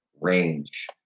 range